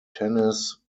tennis